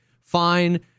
fine